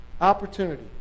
Opportunity